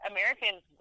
Americans